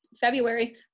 February